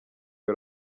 iyo